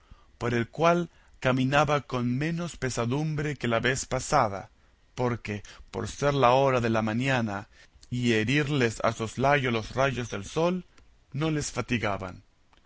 por el cual caminaba con menos pesadumbre que la vez pasada porque por ser la hora de la mañana y herirles a soslayo los rayos del sol no les fatigaban